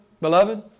Beloved